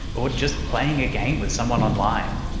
or justnplaying a game with someone online.